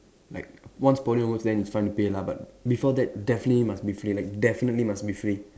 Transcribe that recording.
like once poly onwards then it's fine to pay lah but before that definitely must be free like definitely must be free